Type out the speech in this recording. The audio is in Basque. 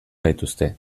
bagaituzte